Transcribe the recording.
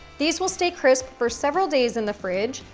these will stay crisp for several days in the fridge,